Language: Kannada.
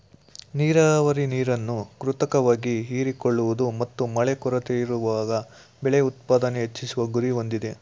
ನೀರಾವರಿ ನೀರನ್ನು ಕೃತಕವಾಗಿ ಹೀರಿಕೊಳ್ಳುವುದು ಮತ್ತು ಮಳೆ ಕೊರತೆಯಿರುವಾಗ ಬೆಳೆ ಉತ್ಪಾದನೆ ಹೆಚ್ಚಿಸುವ ಗುರಿ ಹೊಂದಿದೆ